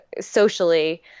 socially